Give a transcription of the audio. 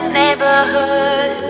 neighborhood